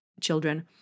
children